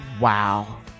Wow